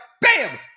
Bam